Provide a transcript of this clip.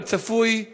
כצפוי,